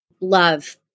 love